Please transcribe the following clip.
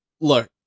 look